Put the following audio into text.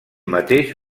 mateix